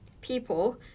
people